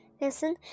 Listen